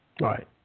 Right